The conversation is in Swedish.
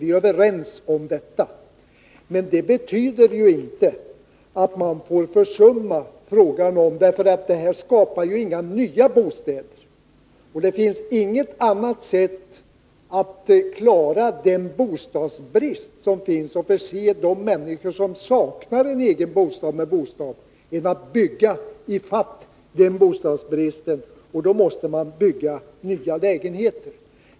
Vi är överens om detta. Men på det sättet skapas ju inga nya bostäder. Det finns inget annat sätt att klara bostadsbristen och förse de människor med bostad som saknar egen bostad än att bygga i fatt, och då måste man bygga nya lägenheter.